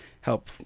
help